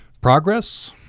progress